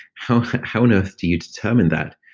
how how on earth do you determine that?